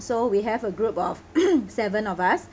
so we have a group of seven of us